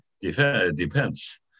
depends